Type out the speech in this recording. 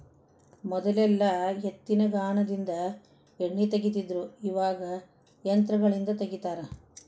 ಮೊದಲೆಲ್ಲಾ ಎತ್ತಿನಗಾನದಿಂದ ಎಣ್ಣಿ ತಗಿತಿದ್ರು ಇವಾಗ ಯಂತ್ರಗಳಿಂದ ತಗಿತಾರ